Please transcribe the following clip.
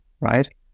right